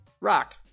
Rock